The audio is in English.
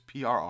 PRR